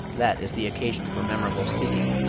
that is the occasion for memorable speaking.